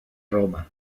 roma